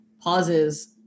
pauses